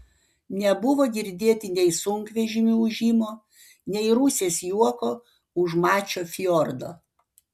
nebuvo girdėti nei sunkvežimių ūžimo nei rusės juoko už mačio fjordo